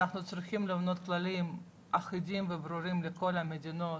אנחנו צריכים לבנות כללים אחידים וברורים לכל המדינות,